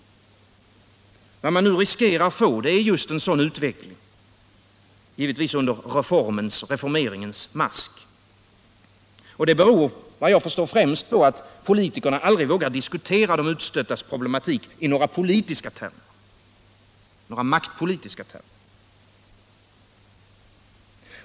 Vad man nu riskerar att få är just en sådan utveckling — givetvis under reformeringens mask — och det beror på att främst politikerna aldrig vågar diskutera de utstöttas problematik i några maktpolitiska termer.